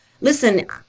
listen